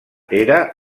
era